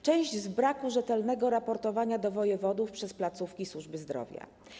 Część to efekt braku rzetelnego raportowania do wojewodów przez placówki służby zdrowia.